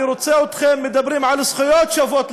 אני רוצה לשמוע אתכם מדברים על זכויות שוות לכולם.